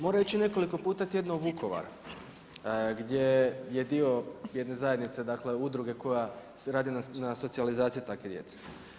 Mora ići nekoliko puta tjedno u Vukovar gdje je dio jedne zajednice, dakle udruge koja radi na socijalizaciji takve djece.